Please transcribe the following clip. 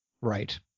right